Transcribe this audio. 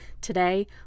Today